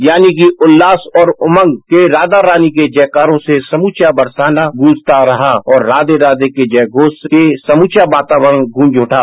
यानि की उल्लास और उमंग के राधारानी के जयकारों से समूचा इंतेदं गूंजता रहा वत राषे राषे के जयघोष के समूचा वातावरण गूंज उठा